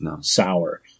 sour